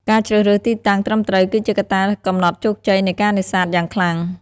ការជ្រើសរើសទីតាំងត្រឹមត្រូវគឺជាកត្តាកំណត់ជោគជ័យនៃការនេសាទយ៉ាងខ្លាំង។